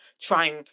trying